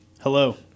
Hello